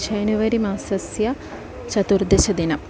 झनवरि मासस्य चतुर्दश दिनम्